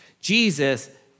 Jesus